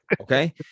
Okay